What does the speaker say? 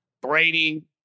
Brady